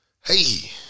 hey